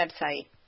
website